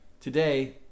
Today